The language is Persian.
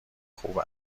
خوب